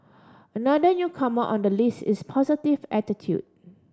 another newcomer on the list is positive attitude